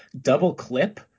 double-clip